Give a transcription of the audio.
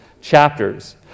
Chapters